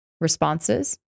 responses